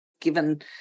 given